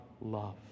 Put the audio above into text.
love